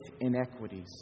inequities